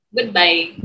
Goodbye